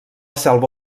selva